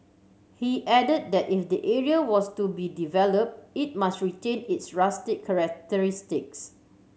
he added that if the area was to be developed it must retain its rustic